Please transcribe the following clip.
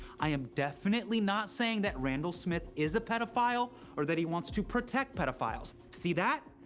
i am definitely not saying that randall smith is a pedophile or that he wants to protect pedophiles. see that?